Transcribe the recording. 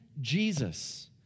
Jesus